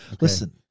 Listen